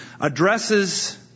addresses